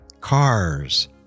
Cars